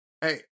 Hey